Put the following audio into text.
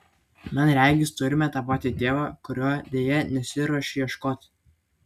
man regis turime tą patį tėvą kurio deja nesiruošiu ieškoti